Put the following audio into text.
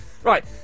Right